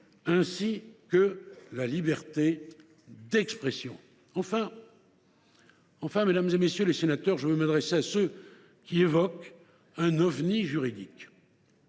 ainsi que la liberté d’expression. » Enfin, mesdames, messieurs les sénateurs, je veux m’adresser à ceux qui évoquent un « ovni juridique